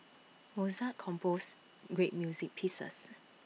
Mozart composed great music pieces